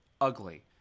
ugly